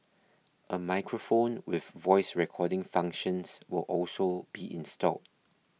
a microphone with voice recording functions will also be installed